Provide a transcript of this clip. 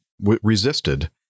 resisted